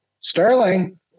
Sterling